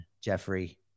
Jeffrey